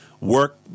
work